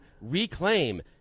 reclaim